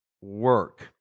work